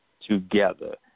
together